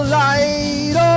light